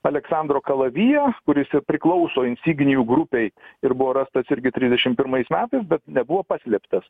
aleksandro kalaviją kuris ir priklauso insignijų grupei ir buvo rastas irgi trisdešim pirmais metais bet nebuvo paslėptas